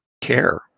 care